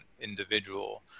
individual